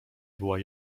była